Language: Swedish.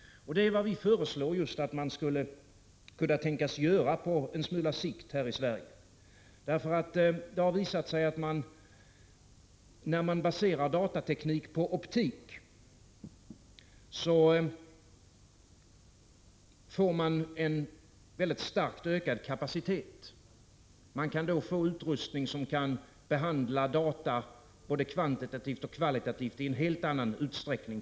Detta är vad vi föreslår att man på en smula sikt skulle kunna tänkas göra i Sverige. Det har nämligen visat sig att man, när man baserar datateknik på optik, får en mycket starkt ökad kapacitet. Man kan då få utrustning som kan behandla data både kvantitativt och kvalitativt i en helt annan utsträckning.